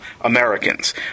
Americans